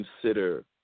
consider